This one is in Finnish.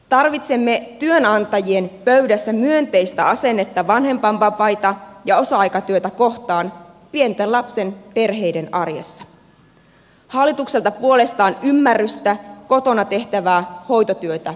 tarvitsemme työnantajien pöydässä myönteistä asennetta vanhempainvapaita ja osa aikatyötä kohtaan pienten lasten perheiden arjessa hallitukselta puolestaan ymmärrystä kotona tehtävää hoitotyötä kohtaan